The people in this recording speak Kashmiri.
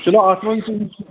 چلو اتھ مَنٛز تہِ